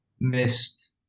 Missed